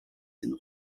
den